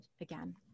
again